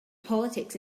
politics